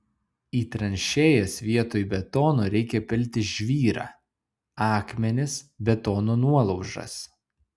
į tranšėjas vietoj betono reikia pilti žvyrą akmenis betono nuolaužas